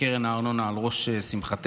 קרן הארנונה על ראש שמחתנו.